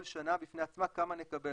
כל שנה בפני עצמה כמה נקבל.